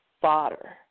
fodder